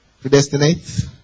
Predestinate